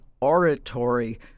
oratory